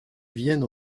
vienne